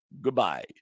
goodbye